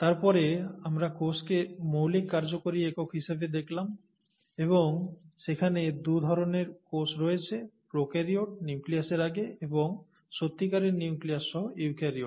তারপরে আমরা কোষকে মৌলিক কার্যকরী একক হিসাবে দেখলাম এবং সেখানে দুধরণের কোষ রয়েছে প্রোক্যারিওট নিউক্লিয়াসের আগে এবং সত্যিকারের নিউক্লিয়াস সহ ইউক্যারিওট